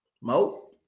Mo